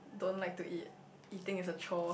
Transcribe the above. don't like to eat eating is a chore